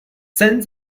then